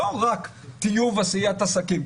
לא רק טיוב עשיית עסקים.